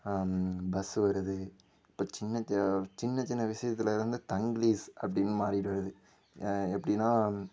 bus வருது ஒரு சின்ன திரை சின்ன சின்ன விசயத்தில் இருந்து தங்கிலீஷ் அப்படின்னு மாறிட்டு வருது எப்படினா